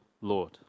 Lord